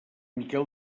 miquel